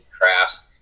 crafts